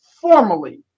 formally